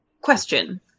question